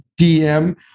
DM